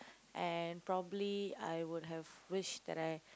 and probably I would have wished that I